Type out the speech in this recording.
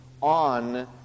on